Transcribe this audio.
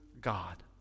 God